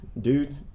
dude